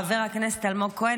חבר הכנסת אלמוג כהן,